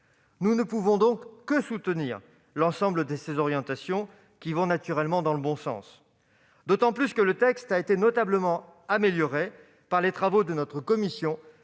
Nous ne pouvons que soutenir l'ensemble de ces orientations, qui vont dans le bon sens, d'autant que le texte a été notablement amélioré par les travaux de notre commission